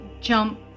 jump